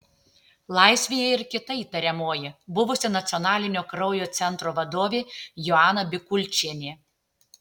laisvėje yra ir kita įtariamoji buvusi nacionalinio kraujo centro vadovė joana bikulčienė